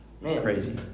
crazy